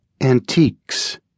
Antiques